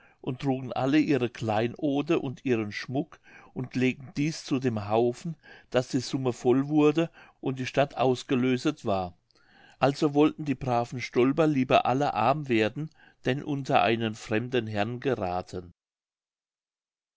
und trugen alle ihre kleinode und ihren schmuck und legten dieß zu dem haufen daß die summe voll wurde und die stadt ausgelöset war also wollten die braven stolper lieber alle arm werden denn unter einen fremden herrn gerathen